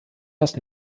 das